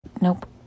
Nope